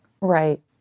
Right